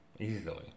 easily